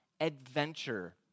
adventure